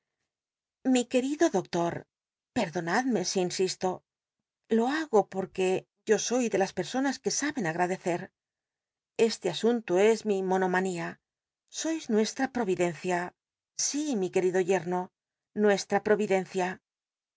mi querido doctor perdonadme si insisto lo hago porque yo soy de las personas que saben agradecer este asunto es mi monomanía sois idencia si mi querido yemo nuestra providencia